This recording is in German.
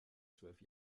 zwölf